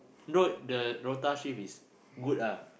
though the rota shift is good ah